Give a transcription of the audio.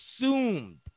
assumed